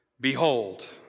Behold